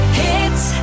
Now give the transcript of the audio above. hits